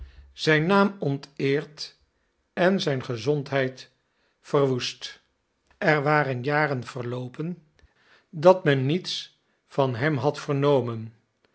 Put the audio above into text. zijn naam onteerd en zijn gezondheid verwoest er waren jaren verloopen dat men niets van hem had vernomen